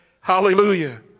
Hallelujah